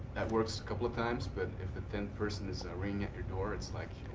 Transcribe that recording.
that works a couple of times, but tenth person is ringing at your door, it's like, oh.